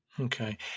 Okay